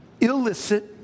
illicit